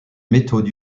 méthode